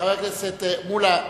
חבר הכנסת מולה,